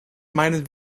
meinen